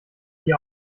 die